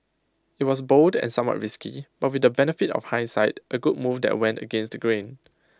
IT was bold and somewhat risky but with the benefit of hindsight A good move that went against the grain